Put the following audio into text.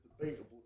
debatable